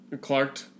Clark